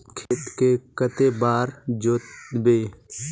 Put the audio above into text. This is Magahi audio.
खेत के कते बार जोतबे?